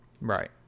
right